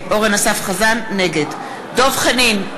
חזן, נגד דב חנין,